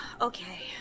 Okay